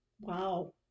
wow